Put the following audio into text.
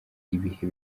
ibihe